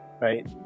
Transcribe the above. right